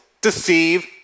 deceive